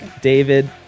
David